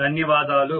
ధన్యవాదాలు